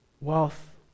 wealth